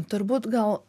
turbūt gal